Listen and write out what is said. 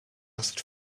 asked